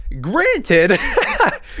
granted